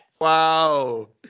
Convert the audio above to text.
Wow